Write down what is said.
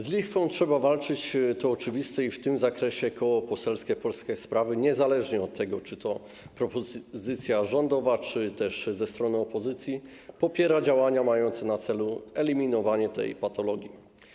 Z lichwą trzeba walczyć, to oczywiste, i w tym zakresie Koło Poselskie Polskie Sprawy, niezależnie od tego, czy to propozycja rządowa, czy też ze strony opozycji, popiera działania mające na celu eliminowanie tej patologii.